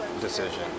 decision